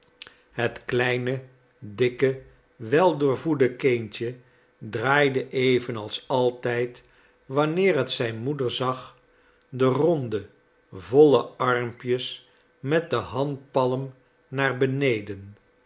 het kleine dikke wel doorvoede kindje draaide evenals altijd wanneer het zijn moeder zag de ronde volle armpjes met de handpalm naar beneden